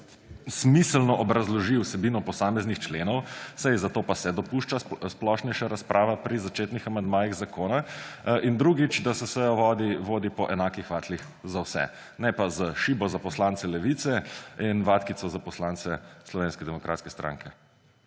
smiselno obrazloži vsebino posameznih členov, saj zato pa se dopušča splošnejša razprava pri začetnih amandmajih zakona, in drugič, da se sejo vodi po enakih vatlih za vse, ne pa s šibo za poslance Levice in vatkico za poslance Slovenske demokratske stranke.